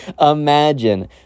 imagine